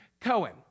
Cohen